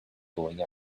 going